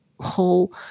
whole